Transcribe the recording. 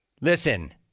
Listen